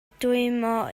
dwymo